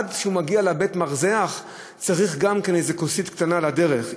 עד שהוא מגיע לבית-המרזח הוא צריך גם כן איזו כוסית קטנה לדרך.